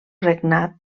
regnat